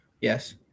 Yes